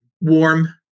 warm